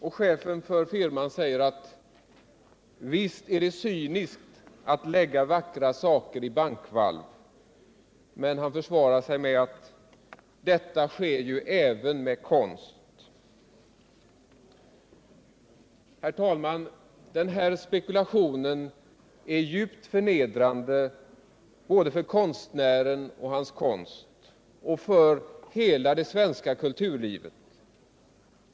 Chefen för firman säger: ”Visst är det cyniskt att lägga vackra saker i bankvalv.” Men han försvarar sig med att detta sker ju även med konst. Herr talman! Den här spekulationen är djupt förnedrande för både konstnären och hans konst och för hela det svenska kulturlivet.